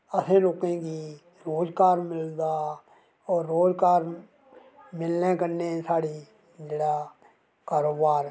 असैं लोकें गी रोजगार मिलदा और रोजगार मिलने कन्मै साढ़ी जेह्ड़ा कारोवार ठीक